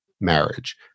marriage